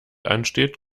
ansteht